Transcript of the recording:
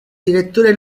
direttore